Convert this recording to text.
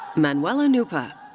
manuela nupa.